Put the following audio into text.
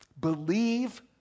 Believe